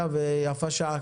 או היתר או רישיון.